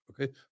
Okay